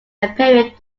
apparent